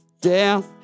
death